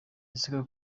ese